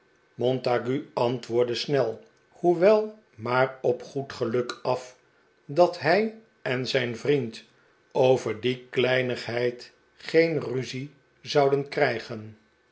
montague antwoordde snel hoewel maar op goed geluk af dat hij en zijn vriend over die kleinigheid geen ruzie zouden krijgen